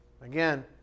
Again